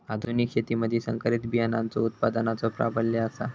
आधुनिक शेतीमधि संकरित बियाणांचो उत्पादनाचो प्राबल्य आसा